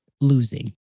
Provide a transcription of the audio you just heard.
losing